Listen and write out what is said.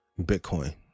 Bitcoin